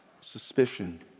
Suspicion